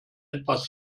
etwas